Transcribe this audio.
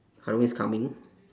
Halloween is coming